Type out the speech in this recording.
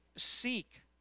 seek